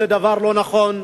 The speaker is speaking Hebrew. זה דבר לא נכון,